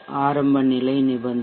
ஆரம்பநிலை நிபந்தனை